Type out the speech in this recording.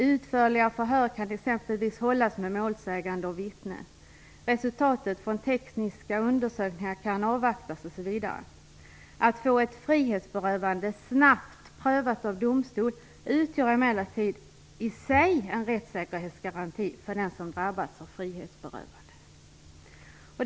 Utförliga förhör kan t.ex. hållas med målsägande och vittnen, resultat från tekniska undersökningar kan avvaktas, osv. Att få ett frihetsberövande snabbt prövat av domstol utgör emellertid i sig en rättssäkerhetsgaranti för den som drabbas av frihetsberövande.